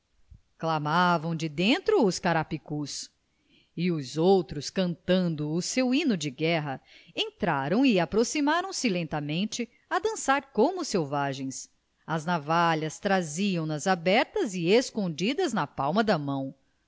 clamavam de dentro os carapicus e os outros cantando o seu hino de guerra entraram e aproximaram-se lentamente a dançar como selvagens as navalhas traziam nas abertas e escondidas na palma da mão